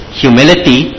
humility